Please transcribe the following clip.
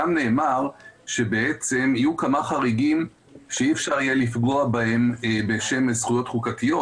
שם נאמר שיהיו כמה חריגים שאי-אפשר יהיה לפגוע בהם בשם זכויות חוקתיות,